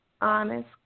honest